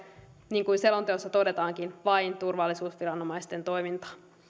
niin kuin selonteossa todetaankin vain turvallisuusviranomaisten toimintaa